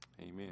Amen